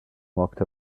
walked